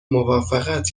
موافقت